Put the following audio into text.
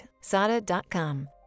sada.com